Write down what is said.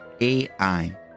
AI